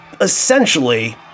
essentially